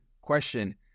question